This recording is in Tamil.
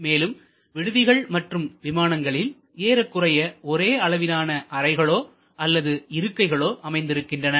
மேலும் விடுதிகள் மற்றும் விமானங்களில் ஏறக்குறைய ஒரே அளவிலான அறைகளோ அல்லது இருக்கைகளை அமைந்திருக்கின்றன